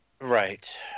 Right